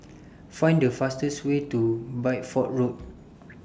Find The fastest Way to Bideford Road